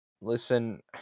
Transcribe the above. Listen